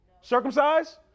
circumcised